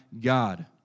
God